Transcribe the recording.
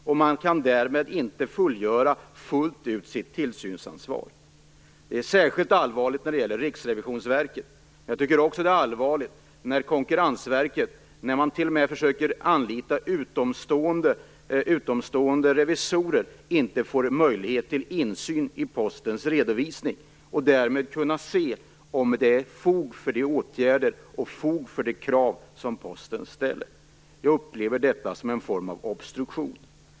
Därmed kan man inte fullt ut fullgöra sitt tillsynsansvar. Detta är särskilt allvarligt när det gäller Riksrevisionsverket, men jag tycker också att det är allvarligt att Konkurrensverket, när man t.o.m. försöker anlita utomstående revisorer, inte får möjlighet till insyn i Postens redovisning och därmed inte kan se om det finns fog för Postens åtgärder och krav. Jag upplever detta som en form av obstruktion.